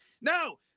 No